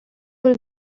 will